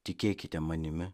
tikėkite manimi